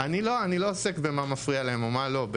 אני לא עוסק במה מפריע להם ומה לא.